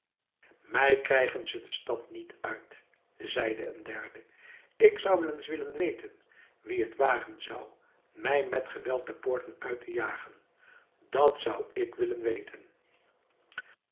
mij krijgen ze de stad niet uit zeide een derde ik zou wel eens willen weten wie het wagen zou mij met geweld de poorten uit te jagen dat zou ik willen weten